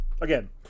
again